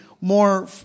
more